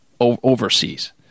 overseas